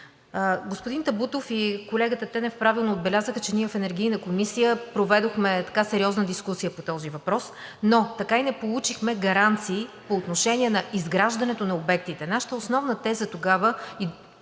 Господин Табутов и колегата Тенев правилно отбелязаха, че ние в Енергийната комисия проведохме сериозна дискусия по този въпрос, но така и не получихме гаранции по отношение на изграждането на обектите. Нашата основна теза тогава